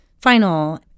final